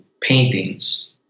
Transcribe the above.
paintings